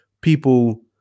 people